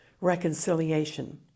reconciliation